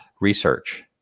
research